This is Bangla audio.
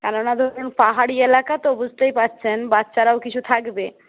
কেননা ধরুন পাহাড়ি এলাকা তো বুঝতেই পারছেন বাচ্চারাও কিছু থাকবে